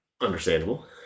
Understandable